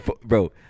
bro